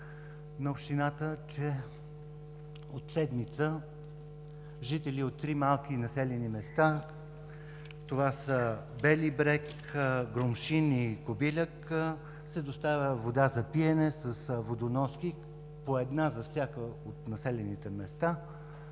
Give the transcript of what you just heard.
на общината, че от седмица на жители от три малки населени места – Бели брег, Громшин и Кобиляк, се доставя вода за пиене с водоноски, по една за всяко от населените места.